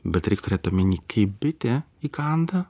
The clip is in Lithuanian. bet reik turėt omeny kai bitė įkanda